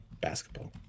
basketball